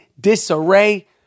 disarray